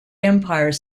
empire